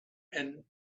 and